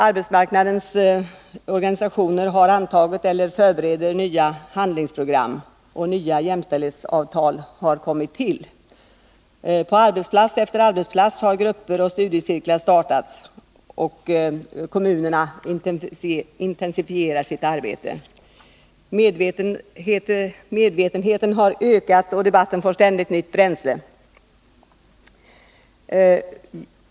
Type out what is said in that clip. Arbetsmarknadens organisationer har antagit eller förbereder nya handlingsprogram. Nya jämställdhetsavtal har kommit till. På arbetsplats efter arbetsplats har grupper och studiecirklar startats. Kommunerna intensifierar sitt arbete. Medvetenheten har ökat, och debatten får ständigt nytt bränsle.